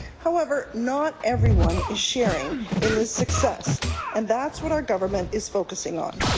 however, not everyone is sharing in this success and that's what our government is focusing on.